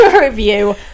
review